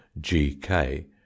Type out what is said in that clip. gk